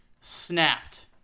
snapped